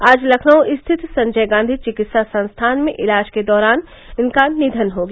आज लखनऊ स्थित संजय गांवी चिकित्सा संस्थान में इलाज के दौरान इनका निधन हो गया